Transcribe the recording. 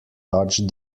dodged